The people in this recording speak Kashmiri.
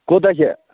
کوٗتاہ چھِ